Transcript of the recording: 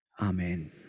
Amen